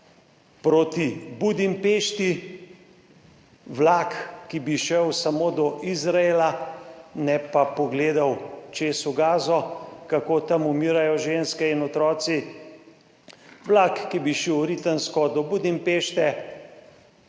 proti Budimpešti. Vlak, ki bi šel samo do Izraela, ne pa pogledal čez v Gazo, kako tam umirajo ženske in otroci. Vlak, ki bi šel v Ritensko do Budimpešte,